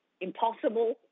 impossible